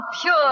pure